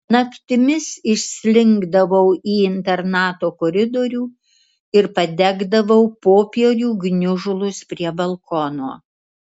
naktimis išslinkdavau į internato koridorių ir padegdavau popierių gniužulus prie balkono